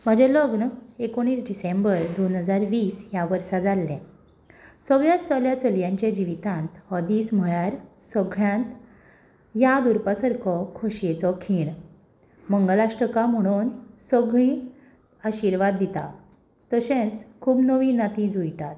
म्हजें लग्न एकोणीस डिसेंबर दोन हजार वीस ह्या वर्सा जाल्लें सगल्या चले चलयांच्या जिवितांत हो दीस म्हळ्यार सगळ्यांत याद उरपा सारको खोशयेचो खीण मंगलाश्टकां म्हणून सगलीं आशिर्वाद दिता तशेंच खूब नवीं नातीं जुळटात